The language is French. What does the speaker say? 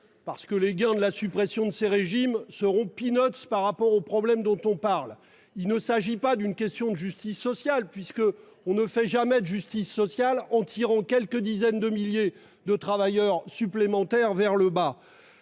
gains escomptés par la suppression de ces régimes seront au regard des problèmes dont on parle. Il ne s'agit pas davantage d'une question de justice sociale : on ne fait jamais de justice sociale en tirant quelques dizaines de milliers de travailleurs supplémentaires vers le bas.